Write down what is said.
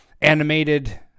Animated